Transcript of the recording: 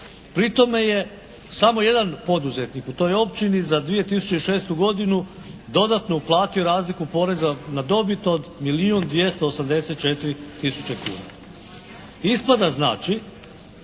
Pri tome je samo jedan poduzetnik u toj općini za 2006. godinu dodatno uplatio razliku poreza na dobit od milijun 284 tisuće kuna. Ispada znači